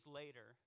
later